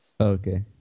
Okay